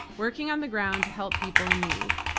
working on the ground to help people in need.